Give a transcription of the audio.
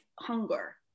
hunger